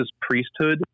priesthood